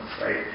right